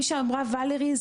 כי שאמרה ולרי,